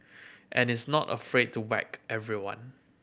and is not afraid to whack everyone